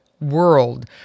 World